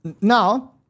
Now